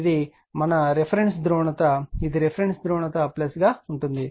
ఇది మా రిఫరెన్స్ ధ్రువణత ఇది రిఫరెన్స్ ధ్రువణత ఉంటుంది